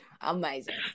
amazing